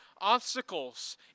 obstacles